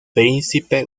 príncipe